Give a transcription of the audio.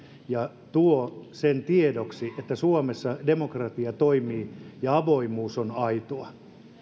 ja tuo tiedoksi sen että suomessa demokratia toimii ja avoimuus on aitoa